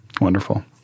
Wonderful